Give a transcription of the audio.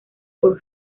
por